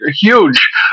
huge